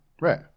right